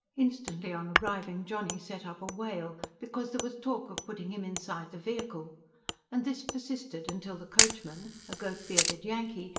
instantly on arriving johnny set up a wail, because there was talk of putting him inside the vehicle and this persisted until the coachman, a goat-bearded yankee,